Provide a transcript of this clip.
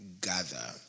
Gather